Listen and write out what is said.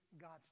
God's